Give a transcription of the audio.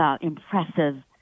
impressive